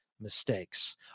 mistakes